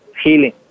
healing